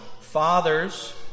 Fathers